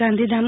Gandhidham